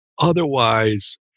otherwise